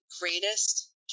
greatest